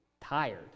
tired